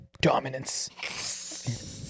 dominance